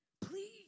Please